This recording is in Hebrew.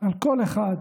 על קול אחד,